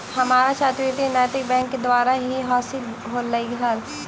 हमारा छात्रवृति नैतिक बैंक द्वारा ही हासिल होलई हल